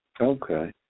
Okay